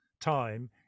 time